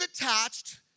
attached